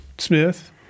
Smith